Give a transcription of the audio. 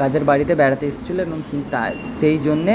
কাদের বাড়িতে বেড়াতে এসছিলো এবং তাই সেই জন্যে